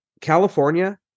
California